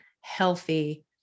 healthy